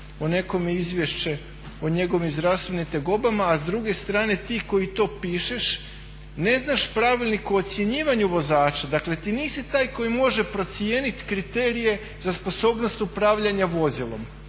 o nekome izvješće o njegovim zdravstvenim tegobama, a s druge strane ti koji to pišeš ne znaš pravilnik o ocjenjivanju vozača, dakle ti nisi taj koji može procijeniti kriterije za sposobnost upravljanja vozilom.